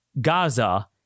Gaza